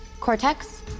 Cortex